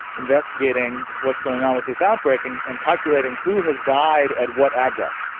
investigating what's going on with this outbreak and and calculating who has died at what address.